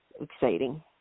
exciting